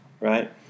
Right